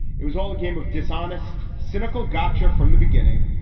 it was all a game of dishonest, cynical, gotcha. from the beginning,